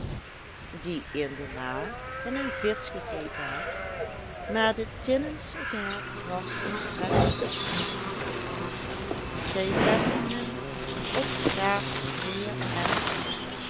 die in de maag van een visch gezeten had maar de tinnen soldaat was volstrekt niet trotsch zij zetten hem op de tafel neer en